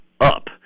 up –